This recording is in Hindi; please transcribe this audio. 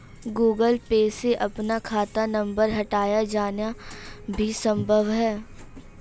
गूगल पे से अपना खाता नंबर हटाया जाना भी संभव है